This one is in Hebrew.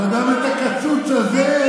אבל גם את הקצוץ הזה,